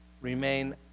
remain